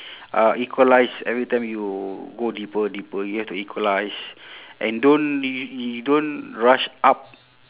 uh equalise every time you go deeper deeper you have to equalise and don't y~ you don't rush up